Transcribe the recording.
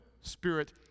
spirit